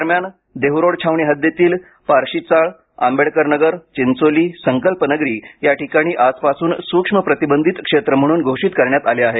दरम्यान देहरोड छावणी हद्दीतील पारशीचाळ आंबेडकर नगर चिंचोली संकल्पनगरी या ठिकाणी आजपासून सूक्ष्म प्रतिवंधित क्षेत्र म्हणून घोषित करण्यात आले आहेत